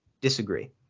disagree